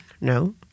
No